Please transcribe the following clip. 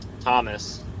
Thomas